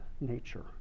nature